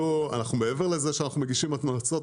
מעבר לזה שאנחנו מגישים המלצות,